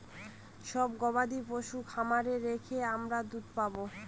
সব গবাদি পশু খামারে রেখে আমরা দুধ পাবো